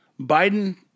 Biden